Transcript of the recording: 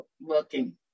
working